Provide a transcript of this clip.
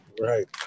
Right